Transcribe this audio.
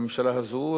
בממשלה הזאת,